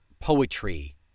poetry